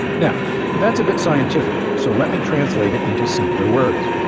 now that's a bit scientific, so let me translate it into simpler words.